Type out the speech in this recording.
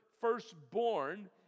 firstborn